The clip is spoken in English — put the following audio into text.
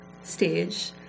stage